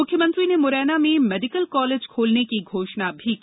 मुख्यमंत्री ने मुरैना में मेडिकल कॉलेज खोलने की घोषणा की